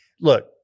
Look